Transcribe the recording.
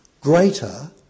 greater